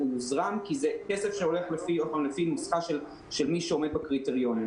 הוא מוזרם כי זה כסף שהולך לפי נוסחה של מי שעומד בקריטריונים.